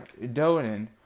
Doden